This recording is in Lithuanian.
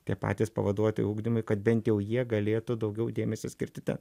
tie patys pavaduotojai ugdymui kad bent jau jie galėtų daugiau dėmesio skirti ta